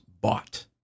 bought